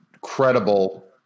credible